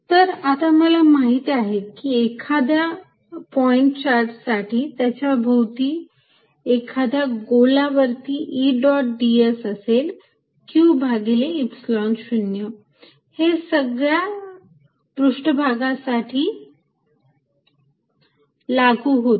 तर आता मला माहिती आहे की एखाद्या पॉईंट चार्ज साठी त्याच्या भोवताली एकाद्या गोला वरती E डॉट ds असेल q भागिले Epsilon 0 हे सगळ्या पृष्ठभागांसाठी लागू होते